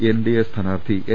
NDA സ്ഥാനാർത്ഥി N